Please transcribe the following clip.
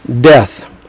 death